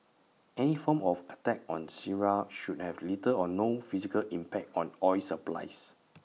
any form of attack on Syria should have little or no physical impact on oil supplies